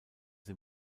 sie